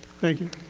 thank you.